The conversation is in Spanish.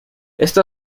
esta